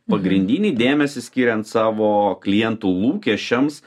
pagrindinį dėmesį skiriant savo klientų lūkesčiams